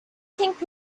think